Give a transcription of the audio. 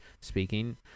speaking